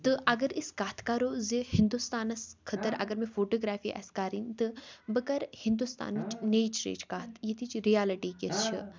تہٕ اَگر أسۍ کَتھ کَرو زِ ہِندُستانَس خٲطٕر اَگر مےٚ فوٹوگرٛافی آسہِ کَرٕنۍ تہٕ بہٕ کَرٕ ہِندُستانٕچ نیچرٕچ کَتھ ییٚتِچ رِیالٹی کِس چھِ